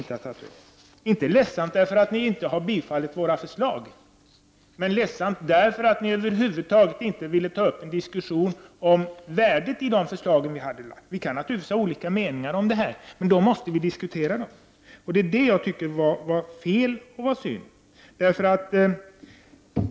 Det är inte ledsamt att ni inte vill bifalla våra förslag, men däremot att ni över huvud taget inte ville ta upp en diskussion om värdet av de förslag som vi har lagt fram. Vi kan naturligtvis ha olika meningar om det här, men då måste vi diskutera dem. Att så inte skedde tycker jag var fel och synd.